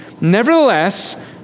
Nevertheless